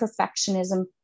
perfectionism